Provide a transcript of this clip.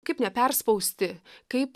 kaip neperspausti kaip